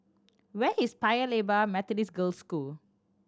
where is Paya Lebar Methodist Girls' School